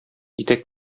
итәк